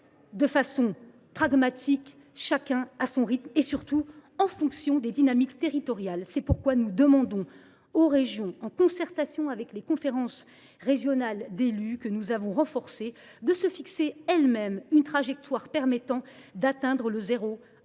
de manière pragmatique, chacun à son rythme, et, surtout, en fonction des dynamiques territoriales. C’est pourquoi nous demandons aux régions, en concertation avec les conférences régionales d’élus, que nous avons renforcées, de se fixer elles mêmes une trajectoire permettant d’atteindre le zéro à